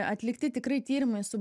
atlikti tikrai tyrimai su